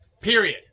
Period